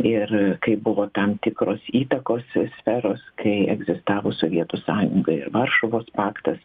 ir kai buvo tam tikros įtakos sferos kai egzistavo sovietų sąjunga ir varšuvos paktas